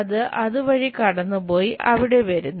അത് അതുവഴി കടന്നുപോയി അവിടെ വരുന്നു